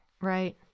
Right